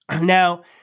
Now